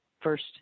first